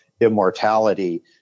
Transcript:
immortality